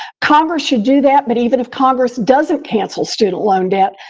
congress should do that, but even if congress doesn't cancel student loan debt,